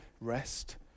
rest